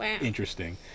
interesting